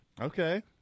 Okay